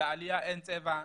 לעלייה אין צבע,